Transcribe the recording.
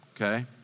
okay